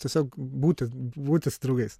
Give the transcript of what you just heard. tiesiog būti būti su draugais